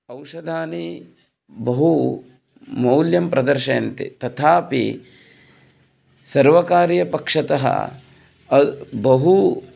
औषधानि बहु मौल्यं प्रदर्शयन्ति तथापि सर्वकारीयपक्षतः बहु